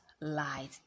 light